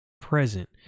present